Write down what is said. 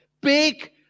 big